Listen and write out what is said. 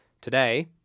Today